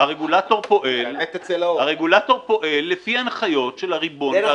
הרגולטור לפי הנחיות של הריבון.